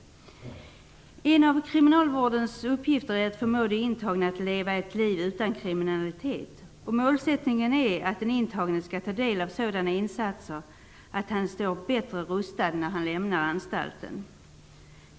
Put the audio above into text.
En av kriminalvårdens uppgifter är att förmå de intagna att leva ett liv utan kriminalitet, och målsättningen är att den intagne skall ta del av insatserna så att han står bättre rustad när han lämnar anstalten.